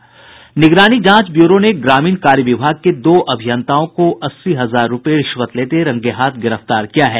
निगरानी जांच ब्यूरो ने ग्रामीण कार्य विभाग के दो अभियंताओं को अस्सी हजार रुपये रिश्वत लेते गिरफ्तार किया है